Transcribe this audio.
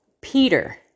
Peter